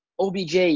OBJ